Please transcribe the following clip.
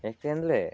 ಯಾಕೆಂದರೆ